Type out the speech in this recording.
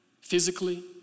physically